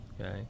okay